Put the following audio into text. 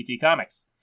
Comics